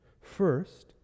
First